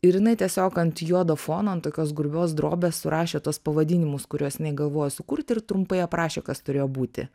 ir jinai tiesiog ant juodo fono ant tokios grubios drobės surašė tuos pavadinimus kuriuos jinai galvojo sukurti ir trumpai aprašė kas turėjo būti